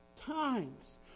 times